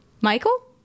Michael